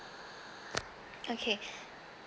okay